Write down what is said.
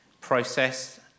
process